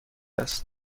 است